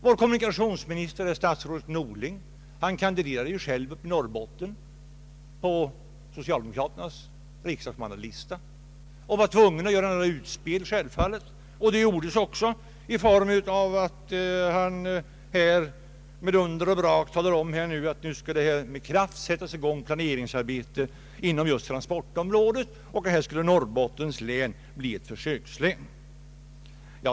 Vår kommunikationsminister, statsrådet Norling, kandiderade själv i Norrbotten på socialdemokraternas riksdagsmannalista och var självfallet tvungen att göra några utspel. Det gjordes också, då han med dunder och brak talade om att ett planeringsarbete just inom transportområdet skulle sättas i gång. Norrbottens län skulle bli ett försökslän.